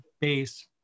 base